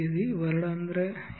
C வருடாந்திர L